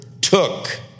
took